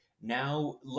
now